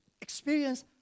experience